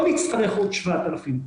לא נצטרך עוד 7,000,